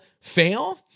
fail